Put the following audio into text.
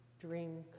dream